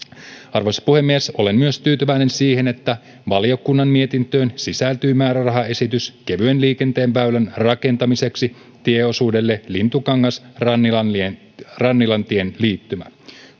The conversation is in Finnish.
arvoisa puhemies olen myös tyytyväinen siihen että valiokunnan mietintöön sisältyy määrärahaesitys kevyen liikenteen väylän rakentamiseksi tieosuudelle lintukangas rannilantien rannilantien liittymä